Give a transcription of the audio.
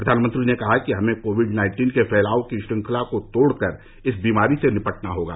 प्रधानमंत्री ने कहा कि हमें कोविड नाइन्टीन के फैलाव की श्रृंखला को तोड़कर इस बीमारी से निपटना होगा